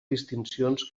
distincions